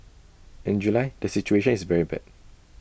in July the situation is very bad